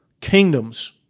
kingdoms